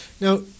Now